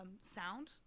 sound